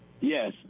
yes